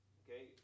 okay